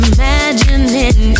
Imagining